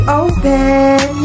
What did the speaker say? open